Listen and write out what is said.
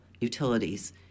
Utilities